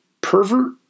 pervert